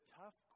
tough